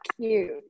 cute